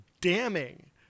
damning